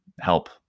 help